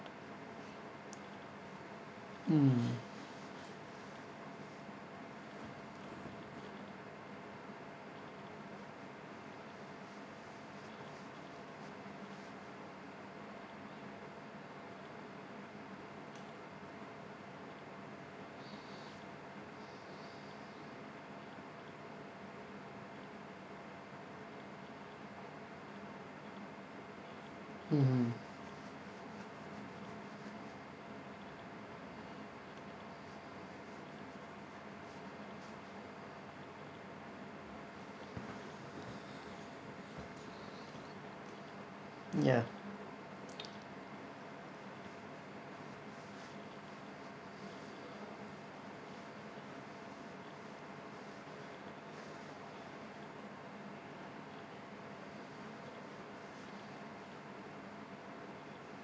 mm mmhmm ya